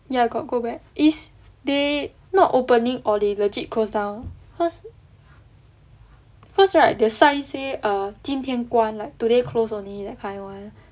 ya got go back is they not opening or the legit close down cause cause right the sign say err 今天关 like today close only that kind [one]